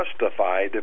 justified